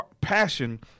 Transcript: passion